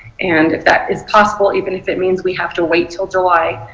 and if that is possible, even if it means we have to wait until july,